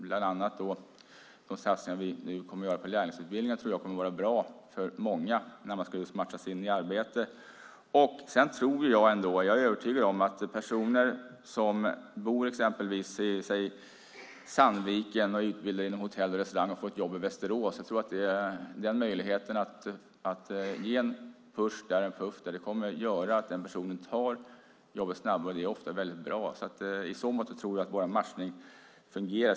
Bland annat de satsningar som vi nu kommer att göra på lärlingsutbildningar tror jag kommer att vara bra för många just när man ska matchas in i arbete. Jag är övertygad om att möjligheten att ge en push till en person som bor i exempelvis Sandviken, som är utbildad inom hotell och restaurang och får ett jobb i Västerås, kommer att göra att den personen tar jobbet snabbare. Det är ofta väldigt bra, så i så måtto tror jag att vår matchning fungerar.